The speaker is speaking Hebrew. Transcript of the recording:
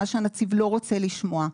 מה שהנציב לא רוצה לשמוע,